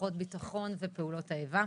כוחות ביטחון ופעולות האיבה.